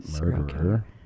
murderer